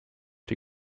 die